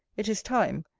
it is time,